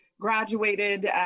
Graduated